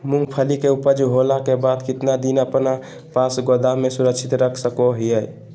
मूंगफली के ऊपज होला के बाद कितना दिन अपना पास गोदाम में सुरक्षित रख सको हीयय?